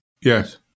Yes